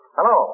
Hello